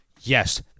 Yes